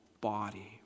body